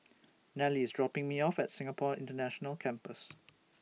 Nelie IS dropping Me off At Singapore International Campus